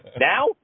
now